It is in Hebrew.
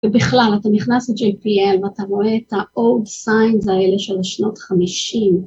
ובכלל, אתה נכנס ל-JPL ואתה רואה את ה-old signs האלה של השנות חמישים.